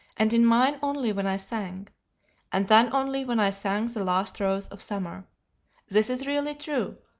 and in mine only when i sang and then only when i sang the last rose of summer this is really true.